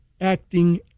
acting